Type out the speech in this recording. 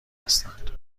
هستند